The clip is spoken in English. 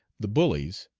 the bullies,